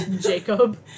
Jacob